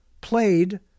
played